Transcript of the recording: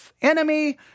enemy